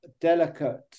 delicate